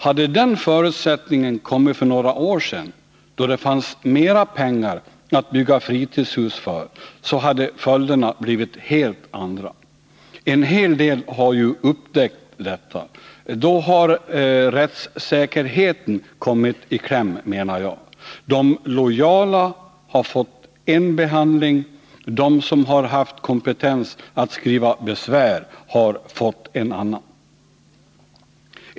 Hade den förutsättningen kommit för några år sedan då det fanns mer pengar att bygga fritidshus för, hade följderna blivit helt andra. En hel del har upptäckt detta. Rättssäkerheten har då kommit i kläm. De lojala har fått en behandling, och de som haft kompetens att skriva besvär har fått en annan.